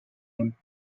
him